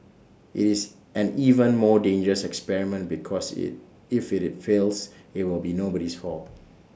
IT is an even more dangerous experiment because IT if IT fails IT will be nobody's fault